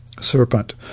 Serpent